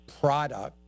product